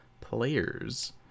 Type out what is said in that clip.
players